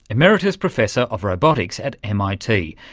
emeritus professor of robotics at mit,